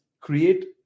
create